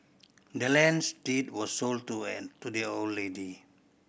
the land's deed was sold to an to the old lady